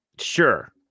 sure